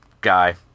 guy